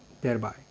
thereby